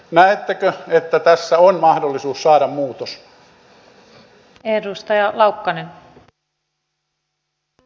näettekö että tässä on mahdollisuus saada muutos